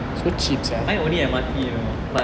mine only M_R_T you know but